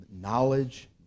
knowledge